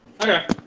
Okay